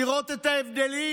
לראות את ההבדלים.